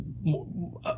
more